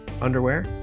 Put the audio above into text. underwear